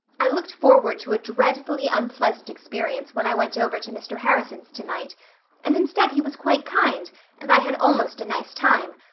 i looked forward to a dreadfully unpleasant experience when i went over to mr. harrison's tonight and instead he was quite kind and i had almost a nice time.